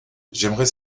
j’aimerais